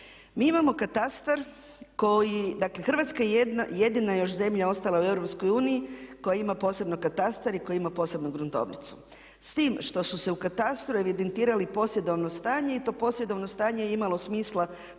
Mi imamo katastar koji, dakle Hrvatska je jedina još zemlja ostala u EU koja ima posebno katastar i koja ima posebno gruntovnicu, s tim što su se u katastru evidentirali posjedovno stanje i to posjedovno stanje je imalo smisla